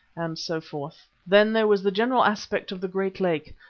and so forth. then there was the general aspect of the great lake,